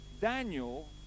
Daniel